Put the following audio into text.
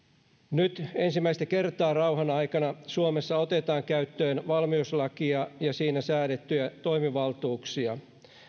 nyt ensimmäistä kertaa rauhan aikana suomessa otetaan käyttöön valmiuslakia ja siinä säädettyjä toimivaltuuksia